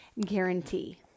guarantee